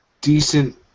decent